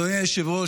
אדוני היושב-ראש,